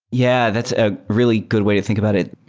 yeah. that's ah really good way to think about it.